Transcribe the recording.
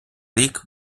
рік